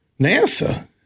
NASA